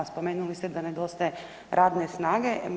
Spomenuli ste da nedostaje radne snage.